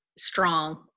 strong